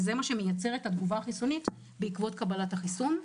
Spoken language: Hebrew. וזה מה שמייצר את התגובה החיסונית בעקבות קבלת החיסון.